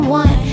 one